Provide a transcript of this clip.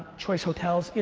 choice hotels,